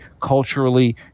culturally